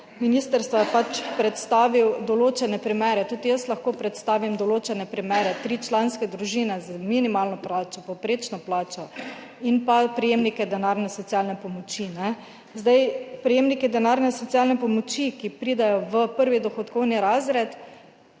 ministrstva je predstavil določene primere. Tudi jaz lahko predstavim določene primere, tričlanske družine z minimalno plačo, povprečno plačo in pa prejemnike denarne socialne pomoči. Prejemniki denarne socialne pomoči, ki pridejo v prvi dohodkovni razred,